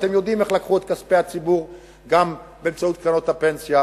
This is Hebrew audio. אתם יודעים איך לקחו את כספי הציבור גם באמצעות קרנות הפנסיה,